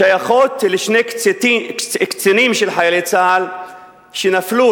שייכים לשני קצינים של צה"ל שנפלו,